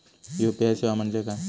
UPI सेवा म्हणजे काय?